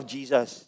Jesus